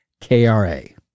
KRA